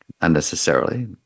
unnecessarily